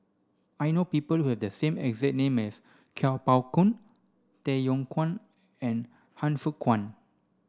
I know people who have the same exact name as Kuo Pao Kun Tay Yong Kwang and Han Fook Kwang